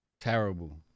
Terrible